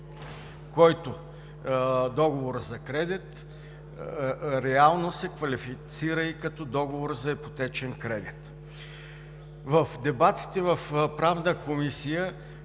който договор за кредит реално се квалифицира и като договор за ипотечен кредит. В дебатите в Правна комисия